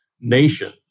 nation